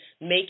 make